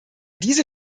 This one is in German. diese